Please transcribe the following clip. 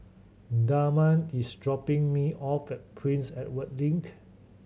Damari is dropping me off at Prince Edward Link